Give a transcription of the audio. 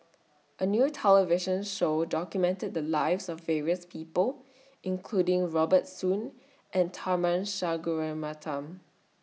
A New television Show documented The Lives of various People including Robert Soon and Tharman Shanmugaratnam